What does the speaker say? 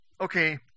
Okay